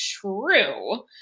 true